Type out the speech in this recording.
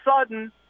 sudden